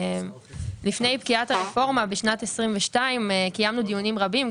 לפני פקיעת הרפורמה בשנת 2022 קיימנו דיונים רבים,